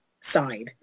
side